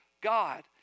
God